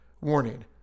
Warning